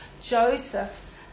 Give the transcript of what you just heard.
Joseph